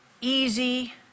easy